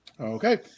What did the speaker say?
Okay